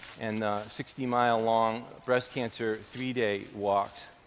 and the sixty mile-long breast cancer three-day walks,